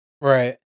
Right